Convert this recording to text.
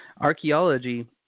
Archaeology